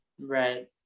Right